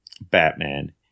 Batman